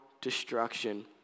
destruction